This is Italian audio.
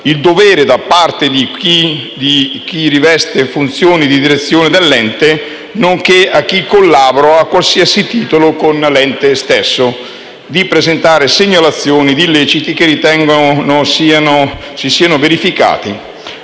il dovere da parte di chi riveste funzioni di direzione dell'ente, nonché di chi collabora a qualsiasi titolo con l'ente stesso, di presentare segnalazioni di illeciti che ritengono si siano verificati.